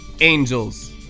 Angels